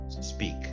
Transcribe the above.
speak